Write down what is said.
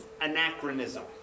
anachronism